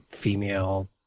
female